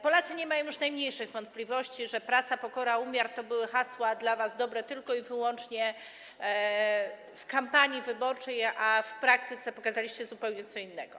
Polacy nie mają już najmniejszych wątpliwości, że praca, pokora, umiar to były hasła dla was dobre tylko i wyłącznie w kampanii wyborczej, a w praktyce pokazaliście zupełnie co innego.